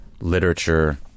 literature